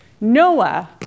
Noah